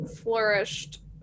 flourished